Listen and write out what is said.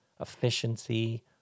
efficiency